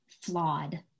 flawed